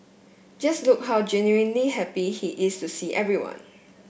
just look how genuinely happy he is to see everyone